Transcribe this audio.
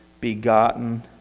begotten